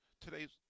Today's